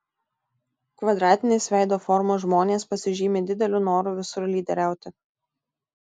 kvadratinės veido formos žmonės pasižymi dideliu noru visur lyderiauti